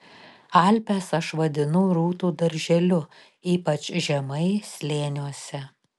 alpes aš vadinu rūtų darželiu ypač žemai slėniuose